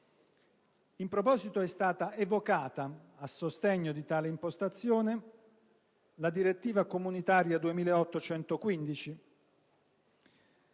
In proposito, è stata evocata a sostegno di tale impostazione la direttiva comunitaria